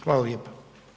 Hvala lijepa.